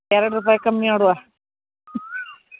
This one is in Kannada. ಎರಡು ರೂಪಾಯಿ ಕಮ್ಮಿ ಮಾಡುವ